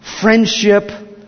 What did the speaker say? friendship